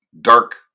dark